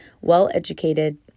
well-educated